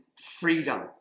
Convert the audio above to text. freedom